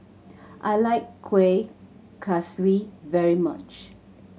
I like Kuih Kaswi very much